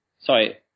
Sorry